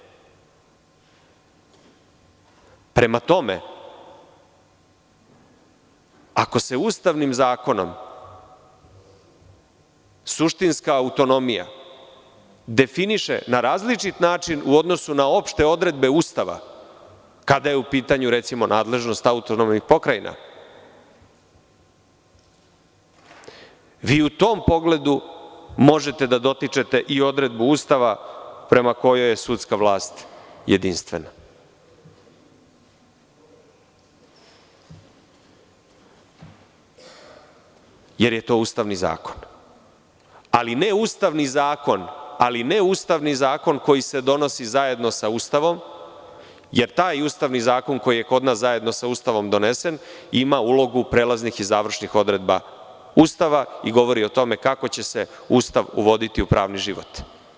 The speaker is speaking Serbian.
Prema tome, ako se Ustavnim zakonom suštinska autonomija definiše na različit način u odnosu na opšte odredbe Ustava kada je u pitanju, recimo, nadležnost autonomnih pokrajina, vi u tom pogledu možete da dotičete i odredbu Ustava prema kojoj je sudska vlast jedinstvena, jer je to Ustavni zakon, ali ne Ustavni zakon koji se donosi zajedno sa Ustavom, jer taj Ustavni zakon koji je kod nas zajedno sa Ustavom donesen ima ulogu prelaznih i završnih odredbi Ustava i govori o tome kako će se Ustav uvoditi u pravni život.